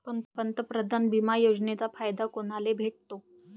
पंतप्रधान बिमा योजनेचा फायदा कुनाले भेटतो?